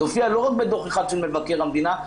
זה הופיע לא רק בדוח אחד של מבקר המדינה,